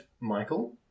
michael